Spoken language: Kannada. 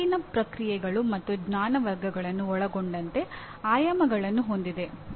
ಇದು ಅರಿವಿನ ಪ್ರಕ್ರಿಯೆಗಳು ಮತ್ತು ಜ್ಞಾನ ವರ್ಗಗಳನ್ನು ಒಳಗೊಂಡಂತೆ ಆಯಾಮಗಳನ್ನು ಹೊಂದಿದೆ